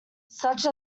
such